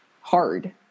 hard